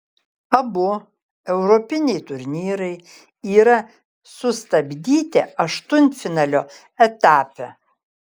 abu europiniai turnyrai yra sustabdyti aštuntfinalio etape